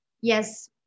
yes